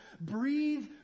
breathe